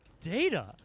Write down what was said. Data